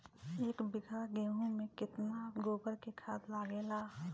एक बीगहा गेहूं में केतना गोबर के खाद लागेला?